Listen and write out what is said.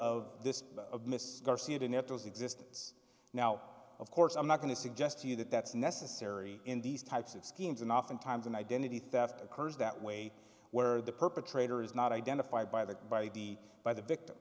toes existence now of course i'm not going to suggest to you that that's necessary in these types of schemes and oftentimes an identity theft occurs that way where the perpetrator is not identified by that by the by the victim